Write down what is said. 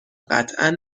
قطعا